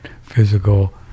physical